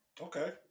Okay